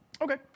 Okay